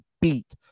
beat